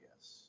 Yes